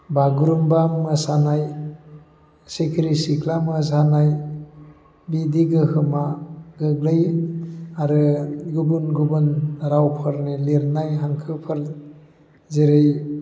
बागुरुम्बा मोसानाय सिखिरि सिख्ला मोसानाय बिदि गोहोमा गोग्लैयो आरो गुबुन गुबुन रावफोरनि लिरनाय हांखोफोर जेरै